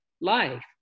life